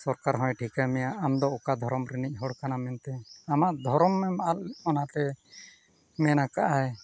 ᱥᱚᱨᱠᱟᱨ ᱦᱚᱸᱭ ᱴᱷᱤᱠᱟᱹ ᱢᱮᱭᱟ ᱟᱢᱫᱚ ᱚᱠᱟ ᱫᱷᱚᱨᱚᱢ ᱨᱤᱱᱤᱡ ᱦᱚᱲ ᱠᱟᱱᱟᱢ ᱢᱮᱱᱛᱮ ᱟᱢᱟᱜ ᱫᱷᱚᱨᱚᱢᱮᱢ ᱟᱫ ᱚᱱᱟᱛᱮ ᱢᱮᱱ ᱟᱠᱟᱫᱟᱭ